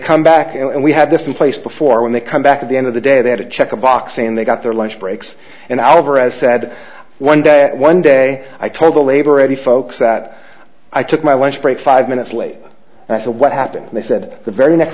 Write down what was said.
come back and we have this in place before when they come back at the end of the day they had to check a box and they got their lunch breaks and alvarez said one day one day i told the labor ready folks that i took my lunch break five minutes late and i said what happened and they said the very next